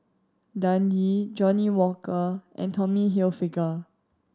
Dundee Johnnie Walker and Tommy Hilfiger